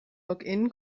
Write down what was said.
login